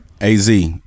AZ